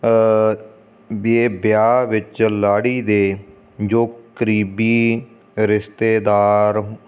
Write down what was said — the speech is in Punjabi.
ਵੀ ਇਹ ਵਿਆਹ ਵਿੱਚ ਲਾੜੀ ਦੇ ਜੋ ਕਰੀਬੀ ਰਿਸ਼ਤੇਦਾਰ